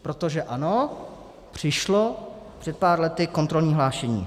Protože ano, přišlo před pár lety kontrolní hlášení.